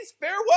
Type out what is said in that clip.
farewell